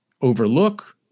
overlook